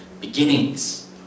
beginnings